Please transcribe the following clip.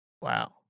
Wow